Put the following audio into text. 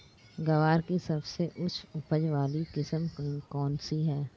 ग्वार की सबसे उच्च उपज वाली किस्म कौनसी है?